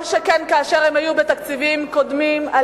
כל שכן שהיו בתקציבים קודמים,